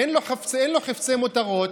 אין לו חפצי מותרות,